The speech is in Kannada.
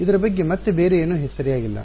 ಇದರ ಬಗ್ಗೆ ಮತ್ತೆ ಬೇರೆ ಏನು ಸರಿಯಾಗಿಲ್ಲ